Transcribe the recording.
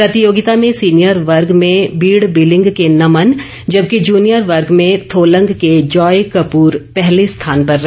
प्रतियोगिता में सीनियर वर्ग में बीड़ बिलिंग के नमन जबकि जुनियर वर्ग में थोलंग के जॉय कपुर पहले स्थान पर रहे